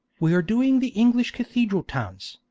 we are doing the english cathedral towns,